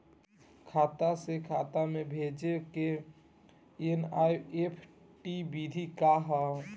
खाता से खाता में राशि भेजे के एन.ई.एफ.टी विधि का ह?